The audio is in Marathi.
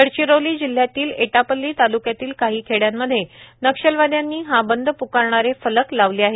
गडचिरोली जिल्ह्यातील ऐटापल्ली तालुक्यातील काही खेड्यांमध्ये नक्षलवाद्यांनी हा बंद पुकारणारे फलक लावले आहेत